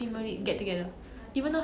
right right right yeah yeah yeah